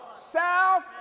South